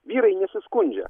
vyrai nesiskundžia